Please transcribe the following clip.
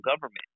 government